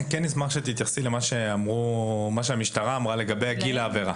אני כן אשמח אם תתייחסי למה שאמרה המשטרה לגבי גיל העבירה.